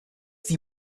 die